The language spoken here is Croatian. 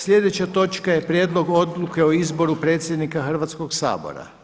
Sljedeća točka je: - Prijedlog odluke o izboru predsjednika Hrvatskoga sabora.